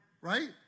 right